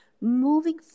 moving